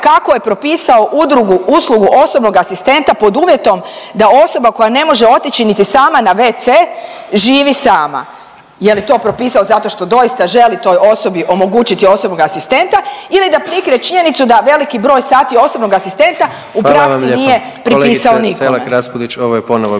kako je propisao udrugu, uslugu osobnog asistenta pod uvjetom da osoba koja ne može otići niti sama na wc živi sama. Je li to propisao zato što doista želi toj osobi omogućiti osobnog asistenta ili da prikrije činjenicu da veliki broj sati osobnog asistenta u praksi nije pripisao nikome.